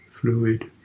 fluid